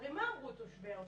הרי מה אמרו תושבי העוטף?